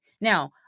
Now